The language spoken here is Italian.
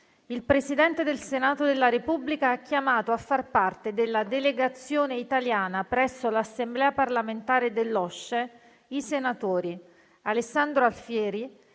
Il Presidente del Senato della Repubblica ha chiamato a far parte della Delegazione italiana presso l'Assemblea parlamentare dell'OSCE i senatori: Alessandro Alfieri,